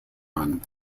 run